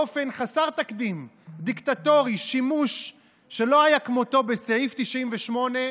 איתן, אתה נותן לשר לעלות, בבקשה, אדוני.